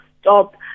stop